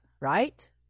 right